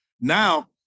Now